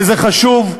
וזה חשוב.